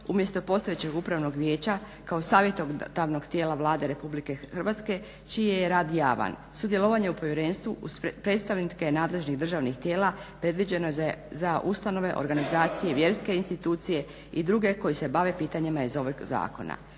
umjesto postojećeg Upravnog vijeća kao savjetodavnog Vlade RH čiji je rad javan. Sudjelovanje u povjerenstvu uz predstavnike nadležnih državnih tijela predviđeno za ustanove, organizacije, vjerske institucije i druge koji se bave pitanjima iz ovog zakona.